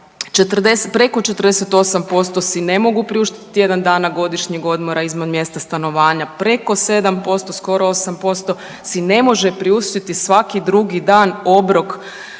preko 48% si ne mogu priuštiti tjedan dana godišnjeg odmora izvan mjesta stanovanja, preko 7%, skoro 8% si ne može priuštiti svaki drugi dan obrok